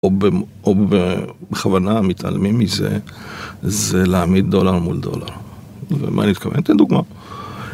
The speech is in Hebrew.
או בכוונה מתעלמים מזה, זה להעמיד דולר מול דולר, ומה אני מתכוון? אתן דוגמא.